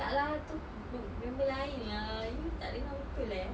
tak lah tu group member lain lah you tak dengar betul eh